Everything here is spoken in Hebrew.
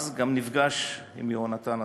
אז גם נפגש עם יהונתן עצמו,